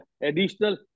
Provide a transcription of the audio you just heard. additional